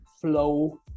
flow